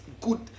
good